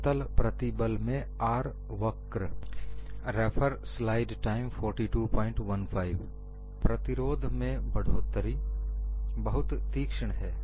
समतल प्रतिबल में R वक्र प्रतिरोध में बढ़ोतरी बहुत तीक्ष्ण है